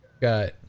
Got